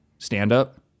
Stand-up